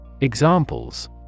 Examples